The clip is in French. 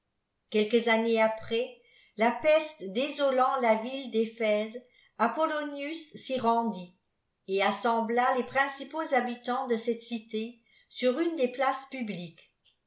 quelques années après la peste désolant la ville d'éphèse apollonius s'y rendit et assembla les principaux habitants de cette cité sur une des places publiques